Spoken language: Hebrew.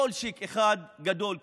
בולשיט אחד גדול.